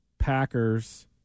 Packers